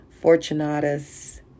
Fortunatus